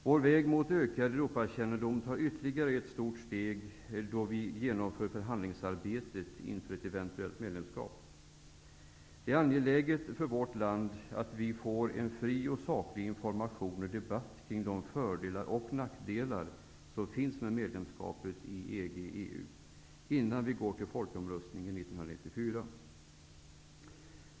Vår väg mot ökad Europakännedom tar nu ytterligare ett stort steg då vi genomför förhandlingsarbetet inför ett eventuellt medlemskap. Det är angeläget för vårt land att vi får en fri och saklig information och debatt om de fördelar och nackdelar som finns med ett medlemskap i EG/EU, innan vi går till folkomröstningen 1994.